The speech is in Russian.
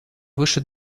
выше